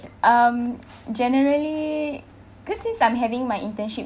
um generally because since I'm having my internship